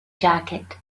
jacket